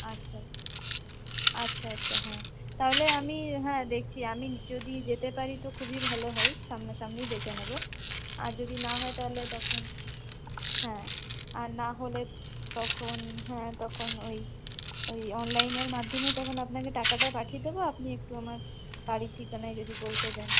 আচ্ছা আচ্ছা আচ্ছা আচ্ছা হ্যাঁ তাহলে আমি হ্যাঁ দেখছি আমি যদি যেতে পারি তো খুবই ভালো হয় সামনাসামনিই দেখে নেব আর যদি না হয় তাহলে তখন হ্যাঁ আর না হলে তখন হ্যাঁ তখন ওই ওই অনলাইনের মাধ্যমে তখন আপনাকে টাকাটা পাঠিয়ে দেবো আপনি একটু আমার বাড়ির ঠিকানায় যদি পৌঁছে দেন